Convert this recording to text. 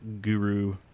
guru